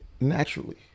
naturally